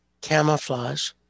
camouflage